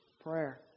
Prayer